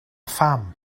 pham